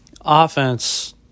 offense